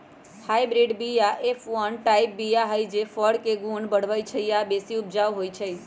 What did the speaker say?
hybrid बीया F one type बीया हई जे फर के गुण बढ़बइ छइ आ बेशी उपजाउ होइ छइ